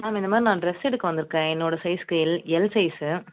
ma'am இந்த மாதிரி நான் ட்ரெஸ் எடுக்க வந்துருக்கேன் என்னோட சைஸ்ஸுக்கு எல் எல் சைஸ்ஸு